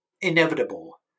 inevitable